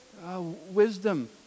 Wisdom